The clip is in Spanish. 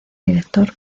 director